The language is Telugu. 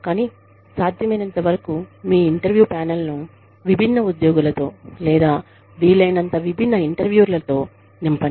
కానీ సాధ్యమైనంతవరకు మీ ఇంటర్వ్యూ ప్యానెల్ ను విభిన్న ఉద్యోగులతో లేదా వీలైనంత విభిన్న ఇంటర్వ్యూయర్లతో నింపండి